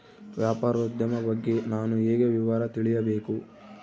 ವ್ಯಾಪಾರೋದ್ಯಮ ಬಗ್ಗೆ ನಾನು ಹೇಗೆ ವಿವರ ತಿಳಿಯಬೇಕು?